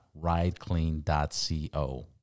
rideclean.co